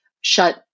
shut